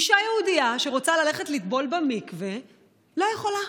אישה יהודייה שרוצה ללכת לטבול במקווה לא יכולה,